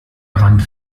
brand